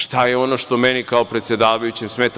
Šta je ono što meni, kao predsedavajućem, smeta?